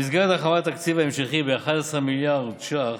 במסגרת הרחבת התקציב ההמשכי ב-11 מיליארד שקלים,